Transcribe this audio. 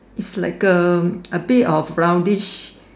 is like a a bit of roundish